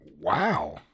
Wow